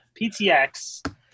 ptx